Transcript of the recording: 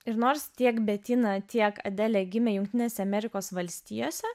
ir nors tiek betina tiek adelė gimė jungtinėse amerikos valstijose